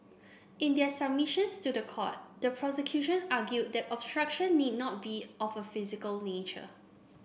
in their submissions to the court the prosecution argued that obstruction need not be of a physical nature